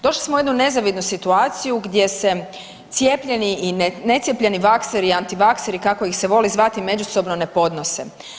Došli smo u jednu nezavidnu situaciju gdje se cijepljeni i necijepljeni, vakseri i antivakseri, kako ih se voli zvati, međusobno ne podnose.